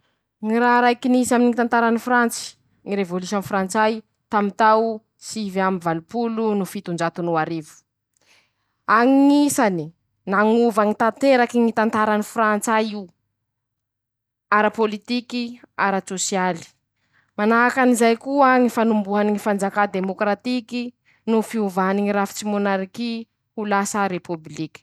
Ñy raha raiky nisy aminy ñy tantarany Frantsy: ñy revôlision frantsay, tamy tao sivy amby valopolo no fitonjato no arivo, añisany nañova ñy tanteraky ñy tantarany frantsa'io, arapôlitiky, aratsôsialy, manahakan'izay koa, ñy fanombohany ñy fanjakàny demokiratiky no fiovany ñy rafitsy mônariky ho lasa repôbiliky.